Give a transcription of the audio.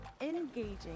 engaging